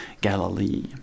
Galilee